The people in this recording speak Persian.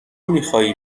میخوایی